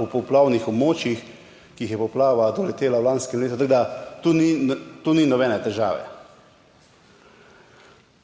popoplavnih območjih, ki jih je poplava doletela v lanskem letu, tako da tu ni nobene težave.